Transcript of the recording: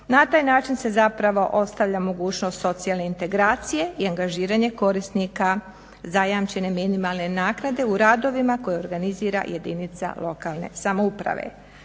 Na taj način se zapravo ostavlja mogućnost socijalne integracije i angažiranje korisnika zajamčene minimalne naknade u radovima koje organizira jedinica lokalne samouprave.